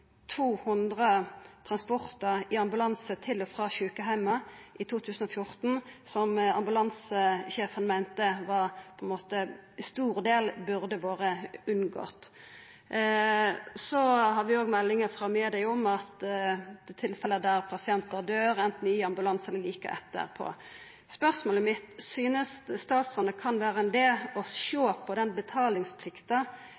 ambulanse til og frå sjukeheimar i 2014 der ambulansesjefen meinte at ein stor del burde vore unngått. Så har vi òg meldingar frå media om at det er tilfelle der pasientar døyr anten i ambulansen eller like etterpå. Spørsmålet mitt er: Synest statsråden det kan vera ein idé å